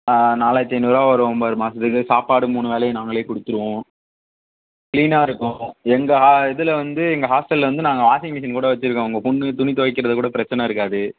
நாலாயிரத்தி ஐநுாறு ரூபா வரும் ஒம்பது மாதத்துக்கு சாப்பாடு மூணு வேளையும் நாங்களே கொடுத்துருவோம் கிளீனாக இருக்கும் எங்கள் இதில் வந்து எங்கள் ஹாஸ்ட்டல் வந்து நாங்கள் வாஷிங் மிஷின் கூட வச்சுருக்கோம் உங்கள் பொண்ணு துணி துவைக்கிறதுக்கூட பிரச்சனை இருக்காது